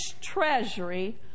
treasury